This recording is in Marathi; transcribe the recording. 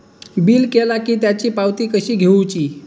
बिल केला की त्याची पावती कशी घेऊची?